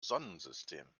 sonnensystem